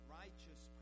righteous